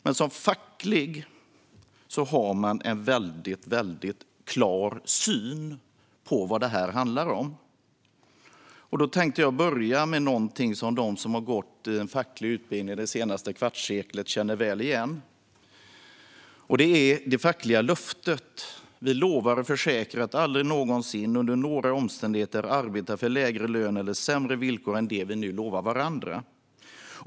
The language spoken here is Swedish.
Men som facklig har man en väldigt klar syn på vad detta handlar om. Jag tänkte börja med någonting som de som har gått en facklig utbildning det senaste kvartsseklet känner väl igen, nämligen det fackliga löftet: Vi lovar och försäkrar att aldrig någonsin under några omständigheter arbeta för lägre lön eller sämre villkor än det vi nu lovar varandra.